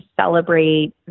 celebrate